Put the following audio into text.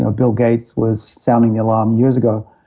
ah bill gates was sounding the alarm years ago.